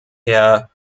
herr